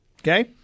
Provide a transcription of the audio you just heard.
Okay